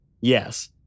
Yes